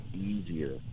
easier